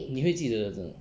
你会记得的真的